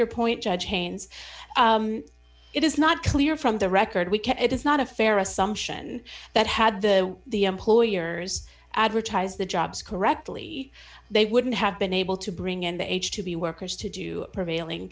your point judge haynes it is not clear from the record we can it is not a fair assumption that had the the employers advertised the jobs correctly they wouldn't have been able to bring in the h two b workers to do prevailing